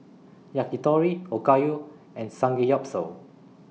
Yakitori Okayu and Samgeyopsal